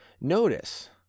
notice